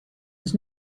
was